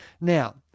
Now